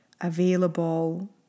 available